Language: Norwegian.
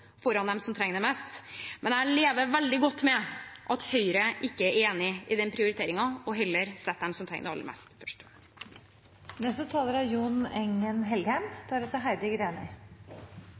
foran dem som trenger det mest, men jeg lever veldig godt med at Høyre ikke er enig i den prioriteringen og heller setter dem som trenger det aller mest, først. Startlånsordningen er